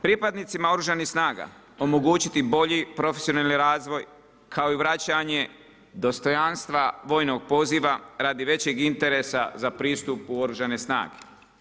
Pripadnicima Oružanih snaga omogućiti bolji, profesionalni razvoj kao i vraćanje dostojanstva vojnog poziva radi većeg interesa za pristup u Oružane snage.